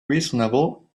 reasonable